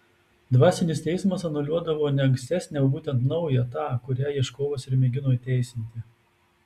dvasinis teismas anuliuodavo ne ankstesnę o būtent naują tą kurią ieškovas ir mėgino įteisinti